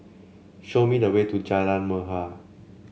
show me the way to Jalan Mahir